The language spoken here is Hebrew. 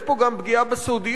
יש פה גם פגיעה בסודיות,